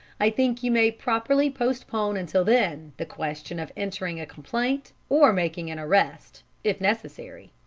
i think you may properly postpone until then the question of entering a complaint or making an arrest, if necessary,